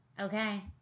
Okay